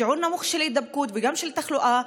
שיעור נמוך של הידבקות וגם של תחלואה.